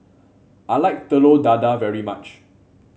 I like Telur Dadah very much